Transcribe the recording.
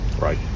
right